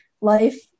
life